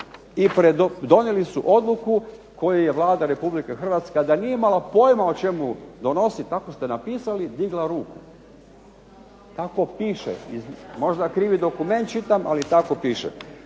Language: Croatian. su donijeli odluku koju je Vlada Republike Hrvatske, a da nije imala pojma o čemu donosi", tako ste napisali, "digla ruku". Tako piše, možda krivi dokument čitam, ali tako piše.